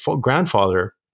grandfather